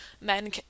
men